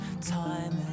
time